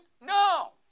No